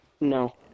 No